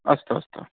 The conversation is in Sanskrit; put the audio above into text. अस्तु अस्तु